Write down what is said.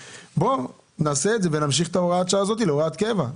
בואו נמשיך את הוראת השעה ונהפוך אותה להוראת קבע.